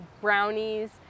brownies